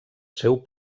seu